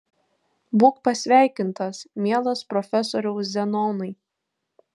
būk pasveikintas mielas profesoriau zenonai